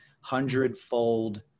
Hundredfold